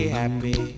happy